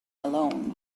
alone